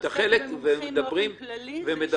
שעוסק במומחים באופן כללי.